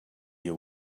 you